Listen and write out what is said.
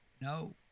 No